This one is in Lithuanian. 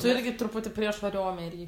tu irgi truputį prieš va riomerį